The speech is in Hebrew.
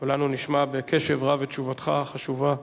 כולנו נשמע בקשב רב את תשובתך החשובה.